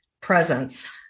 presence